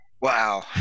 Wow